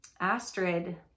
Astrid